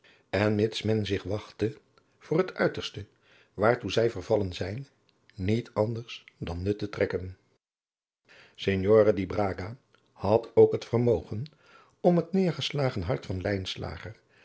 en mits men zich wachte voor het uiterste waartoe zij vervallen zijn niet anders dan nut te trekken signore di braga had ook het vermogen om het neêrgeslagen hart van